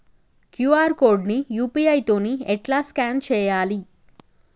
QR code ని UPI తోని ఎట్లా స్కాన్ చేయాలి?